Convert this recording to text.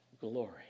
glory